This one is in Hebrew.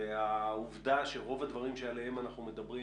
והעובדה שרוב הדברים שעליהם אנחנו מדברים